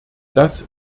das